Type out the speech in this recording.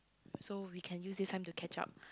so we can use this time to catch up